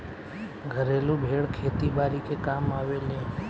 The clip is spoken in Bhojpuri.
घरेलु भेड़ खेती बारी के कामे आवेले